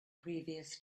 previous